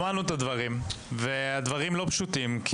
שמענו את הדברים והם לא פשוטים,